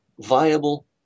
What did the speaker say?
viable